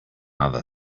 other